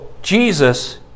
Jesus